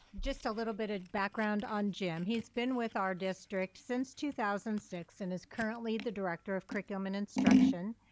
just a little bit of background on jim. he's been with our district since two thousand and six and is currently the director of curriculum and instruction.